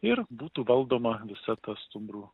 ir būtų valdoma visa ta stumbrų